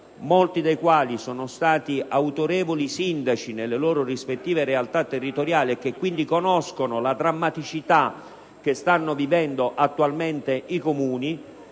molti dei quali sono stati autorevoli sindaci nelle loro rispettive realtà territoriali e quindi conoscono la drammaticità che stanno vivendo attualmente le